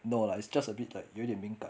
no lah it's just a bit like 有点敏感